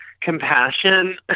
compassion